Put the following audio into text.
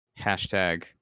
Hashtag